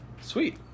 Sweet